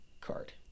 card